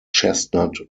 chestnut